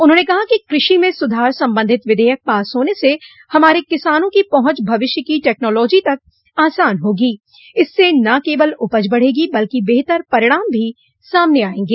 उन्होंने कहा कि कृषि में सुधार संबंधित विधेयक पास होने से हमारे किसानों की पहुंच भविष्य की टेक्नालॉजी तक आसान होगी इससे न केवल उपज बढ़ेगी बल्कि बेहतर परिणाम भी सामने आयेंगे